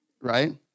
Right